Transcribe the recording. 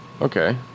Okay